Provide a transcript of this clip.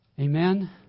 Amen